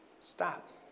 Stop